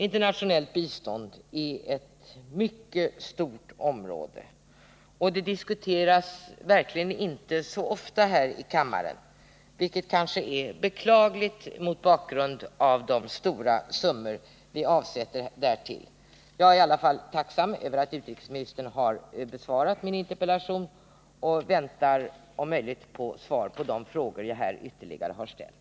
Internationellt bistånd är ett stort område, och det diskuteras verkligen inte så ofta här i kammaren, vilket kanske är beklagligt mot bakgrund av de stora summor vi avsätter därtill. Jag är i alla fall tacksam över att utrikesministern har besvarat min interpellation och väntar att om möjligt få svar på de ytterligare frågor jag här har ställt.